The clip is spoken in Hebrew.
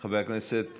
חבר הכנסת